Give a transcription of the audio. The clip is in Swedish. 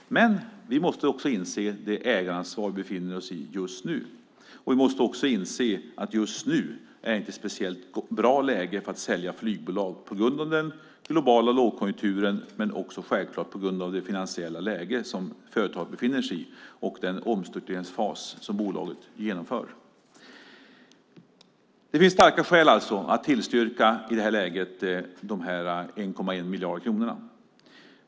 Men vi måste också inse det ägaransvar som vi har just nu, och vi måste inse att just nu är det inte ett speciellt bra läge för att sälja flygbolag på grund av den globala lågkonjunkturen och på grund av det finansiella läge som företaget befinner sig i och den omstruktureringsfas som bolaget genomgår. Det finns alltså starka skäl att i det här läget tillstyrka de här 1,1 miljarder kronorna.